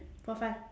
for fun